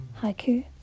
haiku